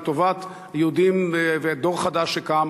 לטובת יהודים ודור חדש שקם,